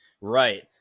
Right